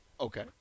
Okay